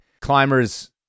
climbers